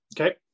Okay